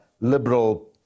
liberal